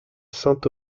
saint